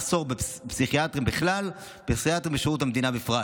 מחסור בפסיכיאטרים בכלל ובפסיכיאטרים בשירות המדינה בפרט.